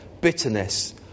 bitterness